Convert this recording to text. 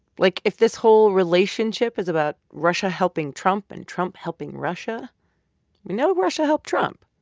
like, if this whole relationship is about russia helping trump and trump helping russia we know russia helped trump,